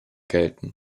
gelten